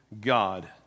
God